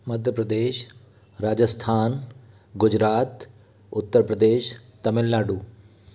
Madhya Pradesh Rajasthan Gujarat Uttar Pradesh Tamil Nadu